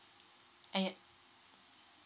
and